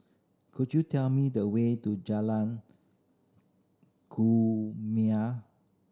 could you tell me the way to Jalan Kumia